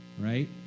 right